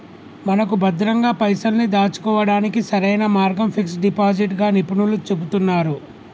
మనకు భద్రంగా పైసల్ని దాచుకోవడానికి సరైన మార్గం ఫిక్స్ డిపాజిట్ గా నిపుణులు చెబుతున్నారు